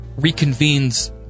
reconvenes